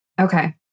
Okay